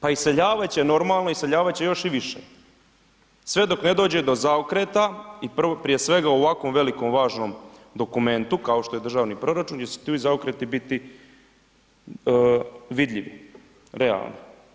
Pa iseljavat će normalno, iseljavat će još i više sve dok ne dođe do zaokreta i prije svega o ovako velikom važnom dokumentu kao što je državni proračun gdje će tu zaokreti biti vidljivi, realni.